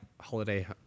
holiday